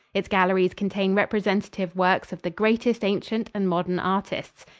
its galleries contain representative works of the greatest ancient and modern artists.